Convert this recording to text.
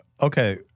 okay